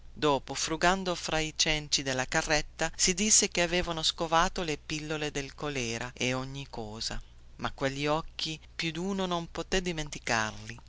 dopo frugando fra i cenci della carretta trovarono le pillole del colèra e ogni cosa ma quegli occhi più duno non potè dimenticarli